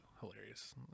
hilarious